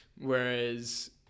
Whereas